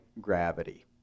gravity